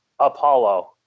apollo